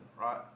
right